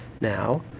now